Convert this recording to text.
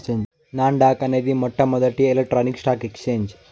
non dock అనేది మొట్టమొదటి electronic stock exchange